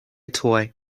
toy